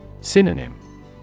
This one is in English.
Synonym